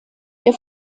der